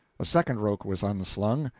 a second rope was unslung,